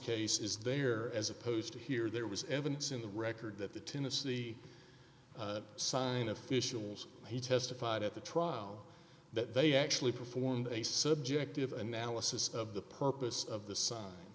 case is there as opposed to here there was evidence in the record that the tennessee sign officials he testified at the trial that they actually performed a subjective analysis of the purpose of the s